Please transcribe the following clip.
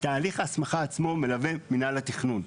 את תהליך ההסמכה עצמו מלווה מינהל התכנון.